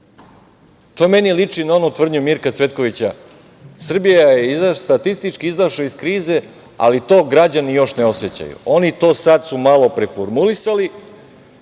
meni liči na onu tvrdnju Mirka Cvetkovića - Srbija je statistički izašla iz krize, ali to građani još ne osećaju. Oni su to sada malo preformulisali,